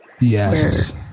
Yes